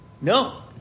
No